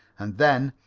and then,